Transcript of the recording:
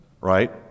right